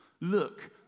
Look